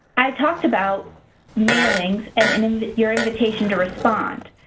i talked about mailings and and and your invitation to respond.